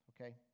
okay